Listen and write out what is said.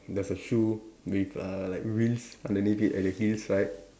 there's a shoe with uh like wheels underneath it at the heels right